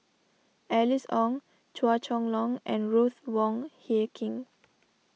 Alice Ong Chua Chong Long and Ruth Wong Hie King